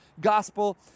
gospel